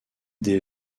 des